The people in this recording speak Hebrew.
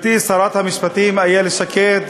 המשפטים איילת שקד,